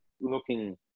looking